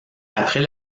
après